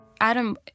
Adam